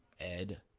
Ed